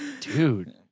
dude